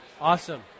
Awesome